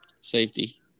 Safety